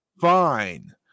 fine